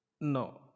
No